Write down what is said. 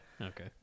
okay